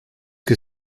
que